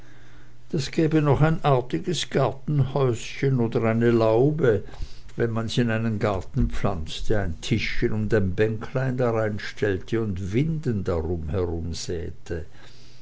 das gäbe noch ein artiges gartenhäuschen oder eine laube wenn man's in einen garten pflanzte ein tischchen und ein bänklein dreinstellte und winden